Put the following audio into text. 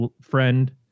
friend